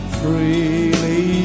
freely